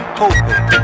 hoping